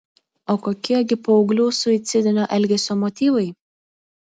o kokie gi paauglių suicidinio elgesio motyvai